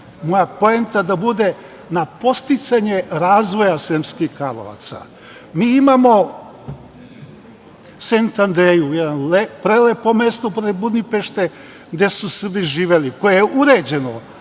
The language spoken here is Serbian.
moja poenta da bude na podsticanje razvoja Sremskih Karlovaca. Mi imamo Sent Andreju, jedno prelepo mesto pored Budimpešte, gde su Srbi živeli, koje je uređeno